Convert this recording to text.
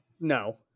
No